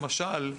למשל,